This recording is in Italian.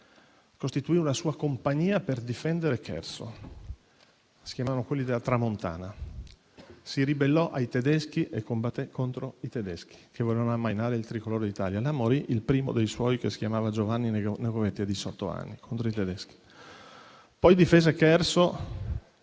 costituì una sua compagnia per difendere Cherso. Si chiamavano quelli della tramontana; si ribellò ai tedeschi e combatté contro di loro che volevano ammainare il Tricolore d'Italia. Là morì il primo dei suoi, che si chiamava Giovanni Negovetti, a diciott'anni, contro i tedeschi. Poi difese Cherso